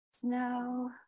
snow